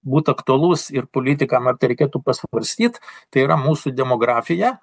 būt aktualus ir politikam reikėtų pasvarstyt tai yra mūsų demografija